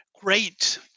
great